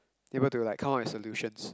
able to like come up with solutions